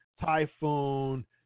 Typhoon